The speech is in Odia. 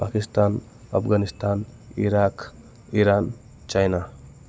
Pakistan Afghanistan Iraq Iran China